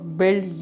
build